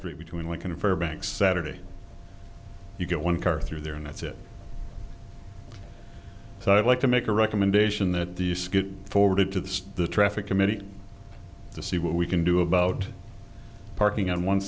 street between like unfair banks saturday you get one car through there and that's it so i'd like to make a recommendation that the forwarded to the the traffic committee to see what we can do about parking on one